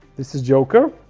this is joker